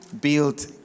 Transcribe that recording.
build